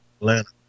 Atlanta